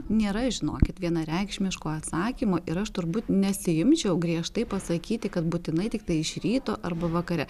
nėra žinokit vienareikšmiško atsakymo ir aš turbūt nesiimčiau griežtai pasakyti kad būtinai tiktai iš ryto arba vakare